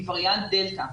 מווריאנט דלתא.